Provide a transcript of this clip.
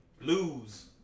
Lose